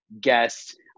guest